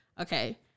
okay